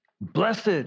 blessed